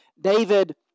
David